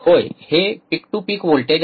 होय हे peak to peak voltage आहे